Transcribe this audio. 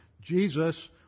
Jesus